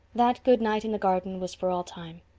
that good night in the garden was for all time.